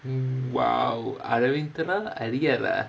um !wow! aravind அறிகேவா:arikaevaa